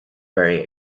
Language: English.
very